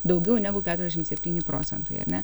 daugiau negu keturiasdešim septyni procentai ar ne